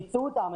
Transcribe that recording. פיצו אותם,